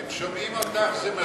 הם שומעים אותך, זה מספיק.